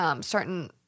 certain